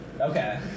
Okay